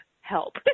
help